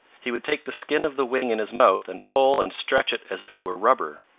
he would take the skin of the wing in his mouth and pull and stretch it as if it were rubber.